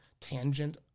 tangent